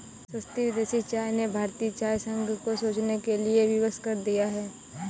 सस्ती विदेशी चाय ने भारतीय चाय संघ को सोचने के लिए विवश कर दिया है